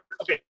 Okay